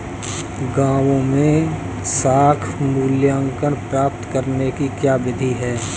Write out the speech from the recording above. गाँवों में साख मूल्यांकन प्राप्त करने की क्या विधि है?